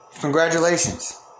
Congratulations